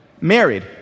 married